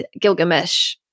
Gilgamesh